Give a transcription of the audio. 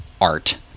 art